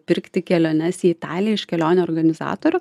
pirkti keliones į italiją iš kelionių organizatorių